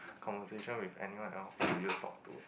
conversation with anyone else who would you talk to